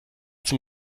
zum